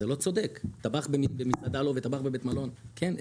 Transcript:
זה לא צודק, טבח במסעדה לא וטבח בבית מלון כן?